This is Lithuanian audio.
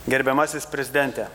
gerbiamasis prezidente